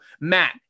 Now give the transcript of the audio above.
Matt